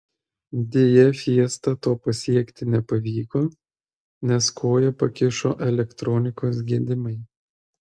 deja fiesta to pasiekti nepavyko nes koją pakišo elektronikos gedimai